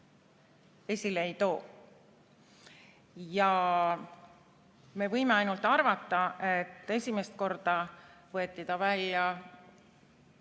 esile ei too. Me võime ainult arvata, et esimest korda võeti see